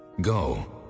Go